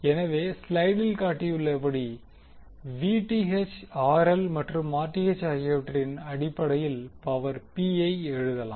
எனவே ஸ்லைடில் காட்டியுள்ளபடி மற்றும் ஆகியவற்றின் அடிப்படையில் பவர் P யை நாம் எழுதலாம்